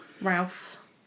Ralph